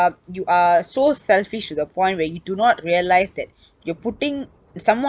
you are so selfish to the point where you do not realise that you're putting someone